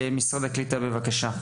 משרד הקליטה בבקשה.